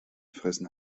fressen